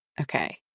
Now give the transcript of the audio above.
okay